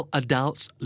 adults